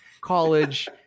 college